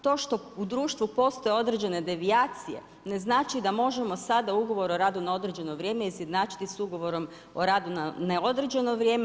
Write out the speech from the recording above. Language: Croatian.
To što u društvu postoje određene devijacije, ne znači da možemo sada ugovor o radu na određeno vrijeme izjednačiti s ugovorom o radu na neodređeno vrijeme.